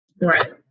right